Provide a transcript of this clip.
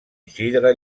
isidre